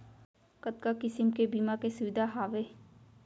कतका किसिम के बीमा के सुविधा हावे?